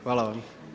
Hvala vam.